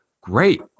Great